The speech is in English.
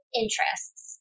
interests